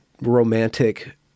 romantic